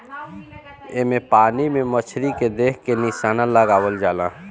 एमे पानी में मछरी के देख के निशाना लगावल जाला